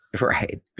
right